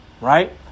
right